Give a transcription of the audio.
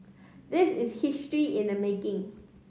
this is history in the making